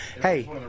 Hey